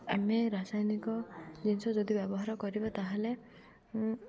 ଆମେ ରାସାୟନିକ ଜିନିଷ ଯଦି ବ୍ୟବହାର କରିବା ତାହେଲେ